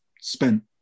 spent